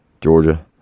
Georgia